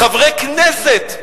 חברי כנסת,